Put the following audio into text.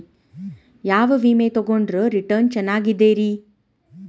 ಯಾವ ವಿಮೆ ತೊಗೊಂಡ್ರ ರಿಟರ್ನ್ ಚೆನ್ನಾಗಿದೆರಿ?